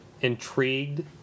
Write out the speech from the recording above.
intrigued